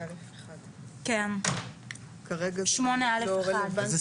כרגע זה לא רלוונטי,